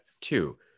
two